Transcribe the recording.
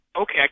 Okay